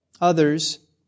Others